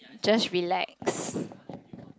just relax